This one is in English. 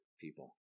people